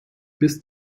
bis